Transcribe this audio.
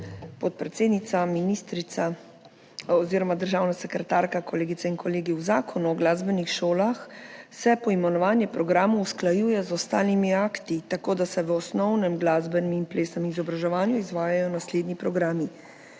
podpredsednica. Državna sekretarka, kolegice in kolegi! V Zakonu o glasbenih šolah se poimenovanje programov usklajuje z ostalimi akti, tako da se v osnovnem glasbenem in plesnem izobraževanju izvajajo naslednji programi: